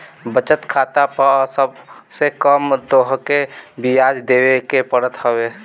बचत खाता पअ सबसे कम तोहके बियाज देवे के पड़त हवे